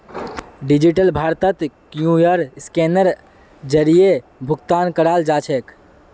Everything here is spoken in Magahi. डिजिटल भारतत क्यूआर स्कैनेर जरीए भुकतान कराल जाछेक